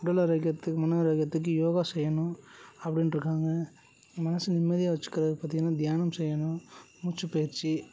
உடல் ஆரோக்கியத்துக்கு மன ஆரோக்கியத்துக்கு யோகா செய்யணும் அப்படின்ட்ருக்காங்க மனசு நிம்மதியாக வெச்சிக்கிறதுக்கு பார்த்திங்கன்னா தியானம் செய்யணும் மூச்சுப் பயிற்சி